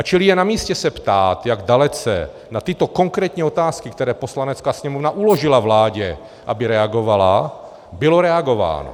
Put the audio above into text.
Čili je namístě se ptát, jak dalece na tyto konkrétní otázky, které Poslanecká sněmovna uložila vládě, aby reagovala, bylo reagováno.